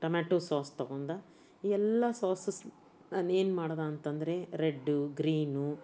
tomato sauce ತೊಗೊಂಡು ಇವೆಲ್ಲ sauces ನಾನೇನು ಮಾಡ್ದೆ ಅಂತ ಅಂದ್ರೆ ರೆಡ್ಡು ಗ್ರೀನು